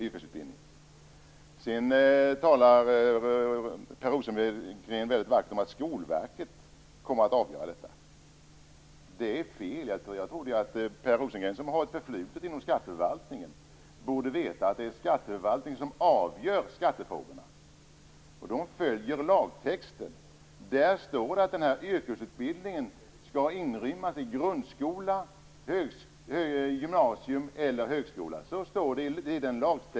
Per Rosengren talade väldigt vackert om att Skolverket kommer att avgöra detta. Det är fel. Per Rosengren, som har ett förflutet inom skatteförvaltningen, borde veta att det är skatteförvaltningen som avgör skattefrågorna, och skatteförvaltningen följer lagtexten. I den lagtext som finns står det att den här yrkesutbildningen skall inrymmas i grundskola, gymnasium eller högskola.